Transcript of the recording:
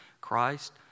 Christ